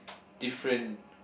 different